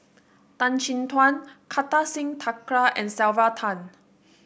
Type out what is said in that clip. Tan Chin Tuan Kartar Singh Thakral and Sylvia Tan